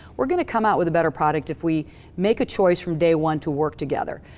we're gonna come out with a better product if we make a choice from day one to work together.